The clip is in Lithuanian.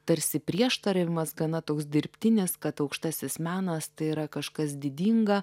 tarsi prieštaravimas gana toks dirbtinis kad aukštasis menas tai yra kažkas didinga